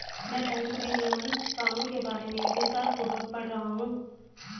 मैं बैंक विनियमन कानून के बारे में विस्तारपूर्वक पढ़ रहा हूं